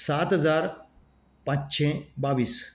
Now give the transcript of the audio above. सात हजार पाचशें बावीस